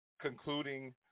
concluding